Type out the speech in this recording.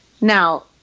Now